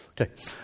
Okay